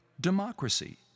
democracy